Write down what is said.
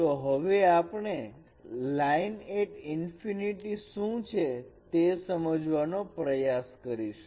તો હવે આપણે લાઇન એટ ઇન્ફીનિટી શું છે એ સમજવાનો પ્રયાસ કરીશું